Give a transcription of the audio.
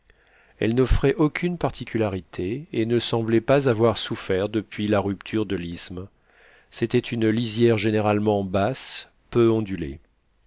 elle n'offrait aucune particularité et ne semblait pas avoir souffert depuis la rupture de l'isthme c'était une lisière généralement basse peu ondulée